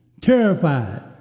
Terrified